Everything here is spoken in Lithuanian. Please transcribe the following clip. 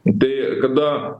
tai kada